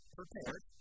prepared